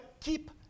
keep